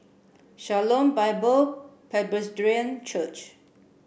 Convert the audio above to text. Shalom Bible Presbyterian Church